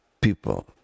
people